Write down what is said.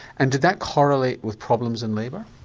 and did that correlate with problems in labour?